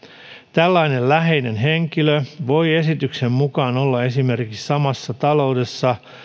tällainen läheinen henkilö voi esityksen mukaan olla esimerkiksi samassa taloudessa